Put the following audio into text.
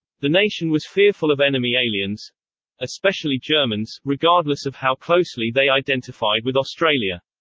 the nation was fearful of enemy aliens especially germans, regardless of how closely they identified with australia.